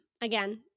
again